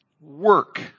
Work